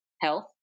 health